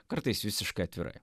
kartais visiškai atvirai